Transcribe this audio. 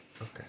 Okay